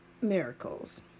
miracles